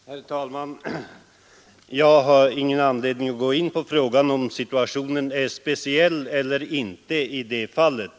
Herr talman! Jag har ingen anledning att gå in på frågan om situationen är speciell eller inte i det här fallet.